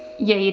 yeah